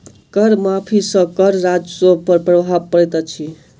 कर माफ़ी सॅ कर राजस्व पर प्रभाव पड़ैत अछि